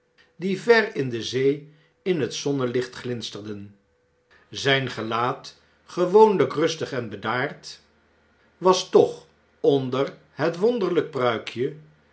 die ver in zee in het zonnelicht glinsterden zijn gelaat gewoonlnk rustig en bedaard was toch onder het wonderlijk pruikje